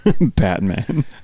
Batman